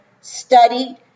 studied